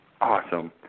Awesome